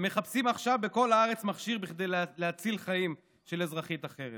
ומחפשים עכשיו בכל הארץ מכשיר בכדי להציל חיים של אזרחית אחרת?